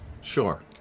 sure